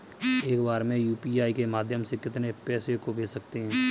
एक बार में यू.पी.आई के माध्यम से कितने पैसे को भेज सकते हैं?